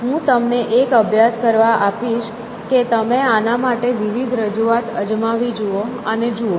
હું તમને એક અભ્યાસ કરવા આપીશ કે તમે આના માટે વિવિધ રજૂઆત અજમાવી જુઓ અને જુઓ